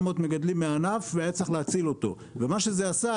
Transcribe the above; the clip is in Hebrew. מגדלים מהענף והיה צריך להציל אותו ומה שזה עשה,